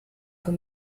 für